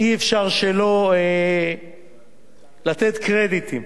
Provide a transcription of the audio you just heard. אי-אפשר שלא לתת קרדיטים